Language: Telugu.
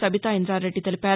సబితా ఇంద్రారెడ్డి తెలిపారు